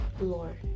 Lord